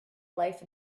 life